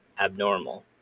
abnormal